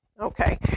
Okay